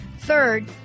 Third